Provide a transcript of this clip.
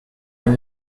are